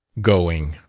going.